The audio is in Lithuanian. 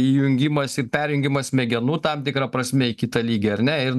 įjungimas ir perjungimas smegenų tam tikra prasme į kitą lygį ar ne ir